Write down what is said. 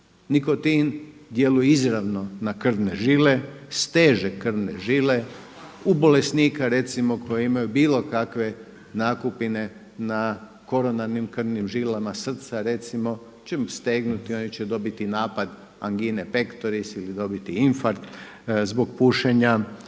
Nikotin djeluje izravno na krvne žile, steže krvne žile. U bolesnika recimo koji imaju bilo kakve nakupine na koronarnim krvnim žilama srca recimo će stegnuti, oni će dobiti napad angine pectoris ili dobiti infarkt zbog pušenja,